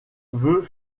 veut